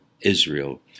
Israel